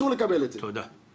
אתה חסר לי.